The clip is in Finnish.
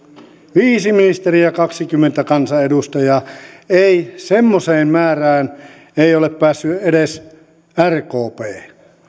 viisi ministeriä ja kaksikymmentä kansanedustajaa ei semmoiseen määrään ole päässyt edes rkp